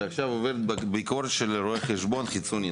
ועכשיו עוברת ביקורת של רואה חשבון חיצוני.